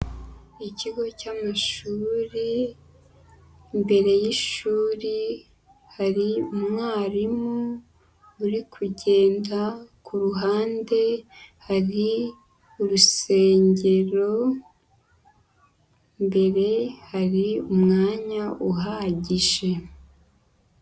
Ikigo cy'amashuri, imbere y'ishuri hari umwarimu uri kugenda, ku ruhande hari urusengero, imbere hari umwanya uhagije.